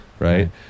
Right